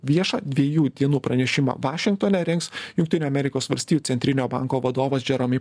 viešą dviejų dienų pranešimą vašingtone rengs jungtinių amerikos valstijų centrinio banko vadovas džeromi